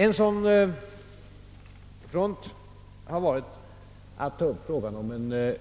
En sådan front har varit frågan om att ta upp en